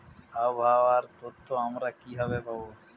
আবহাওয়ার তথ্য আমরা কিভাবে পাব?